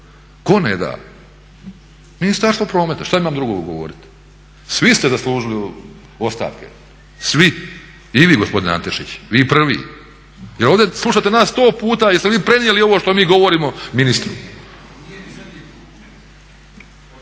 Tko ne da? Ministarstvo prometa. Što imam drugo govoriti? Svi ste zaslužili ostavke, svi! I vi gospodine Antešić, vi prvi! Jer ovdje slušate nas sto puta, jeste vi prenijeli ovo što mi govorimo ministru?